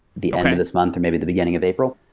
the end of this month, or maybe the beginning of april.